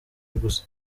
gusa